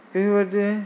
बेफोरबायदि